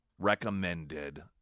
recommended